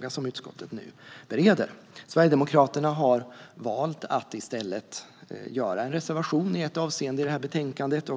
det som utskottet nu bereder mer som en teknisk fråga. Sverigedemokraterna har valt att i stället göra en reservation i ett avseende i betänkandet.